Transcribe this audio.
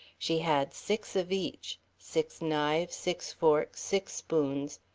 she had six of each six knives, six forks, six spoons,